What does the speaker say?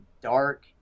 dark